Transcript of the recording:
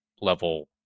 level